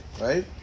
right